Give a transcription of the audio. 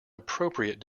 appropriate